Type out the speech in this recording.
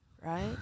right